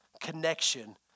connection